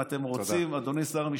אם אתם רוצים, אדוני שר המשפטים,